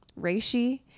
reishi